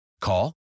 Call